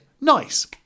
nice